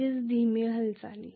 म्हणजे धीमे हालचाली